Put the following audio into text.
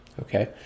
Okay